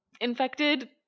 infected